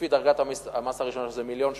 לפי דרגת המס הראשונה, שזה מיליון ו-84,000,